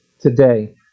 today